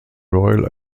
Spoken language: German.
royal